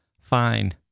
fine